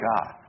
God